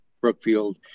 Brookfield